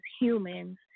humans